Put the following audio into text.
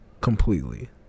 completely